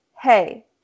hey